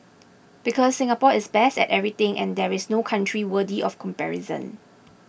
because Singapore is best at everything and there is no country worthy of comparison